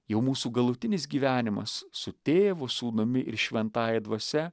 jau mūsų galutinis gyvenimas su tėvu sūnumi ir šventąja dvasia